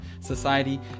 society